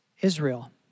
Israel